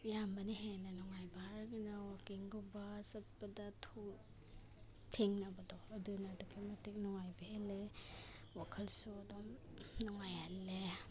ꯑꯌꯥꯝꯕꯅ ꯍꯦꯟꯅ ꯅꯨꯡꯉꯥꯏꯕ ꯍꯥꯏꯔꯒꯅ ꯋꯥꯛꯀꯤꯡꯒꯨꯝꯕ ꯆꯠꯄꯗ ꯊꯦꯡꯅꯕꯗꯣ ꯑꯗꯨꯅ ꯑꯗꯨꯛꯀꯤ ꯃꯇꯤꯛ ꯅꯨꯡꯉꯥꯏꯕ ꯍꯦꯜꯂꯦ ꯋꯥꯈꯜꯁꯨ ꯑꯗꯨꯝ ꯅꯨꯡꯉꯥꯏꯍꯜꯂꯦ